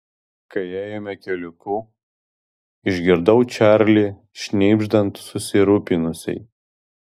kai ėjome keliuku išgirdau čarlį šnibždant susirūpinusiai